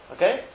Okay